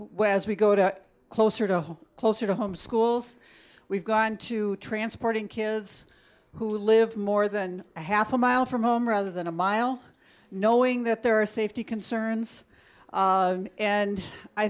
whereas we go to closer to home closer to home schools we've gone to transporting kids who live more than a half a mile from home rather than a mile knowing that there are safety concerns and i